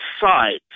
sides